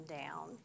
down